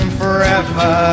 forever